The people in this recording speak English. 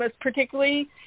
particularly